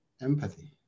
empathy